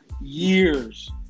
years